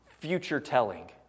future-telling